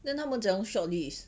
then 他们怎么样 shortlist